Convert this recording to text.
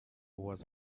was